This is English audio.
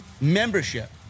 membership